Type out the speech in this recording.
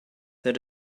that